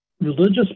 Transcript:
religious